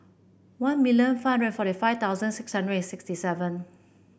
one million five hundred forty five thousand six hundred and sixty seven